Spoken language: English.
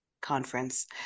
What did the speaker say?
conference